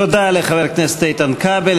תודה לחבר הכנסת איתן כבל.